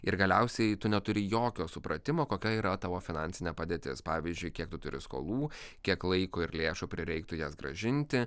ir galiausiai tu neturi jokio supratimo kokia yra tavo finansinė padėtis pavyzdžiui kiek tu turi skolų kiek laiko ir lėšų prireiktų jas grąžinti